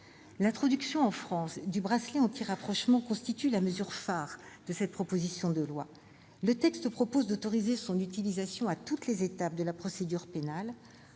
L'introduction en France du bracelet anti-rapprochement constitue la mesure phare de cette proposition de loi. Le texte propose d'autoriser son utilisation à toutes les étapes de la procédure pénale